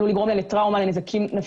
עלול לגרום להם לטראומה,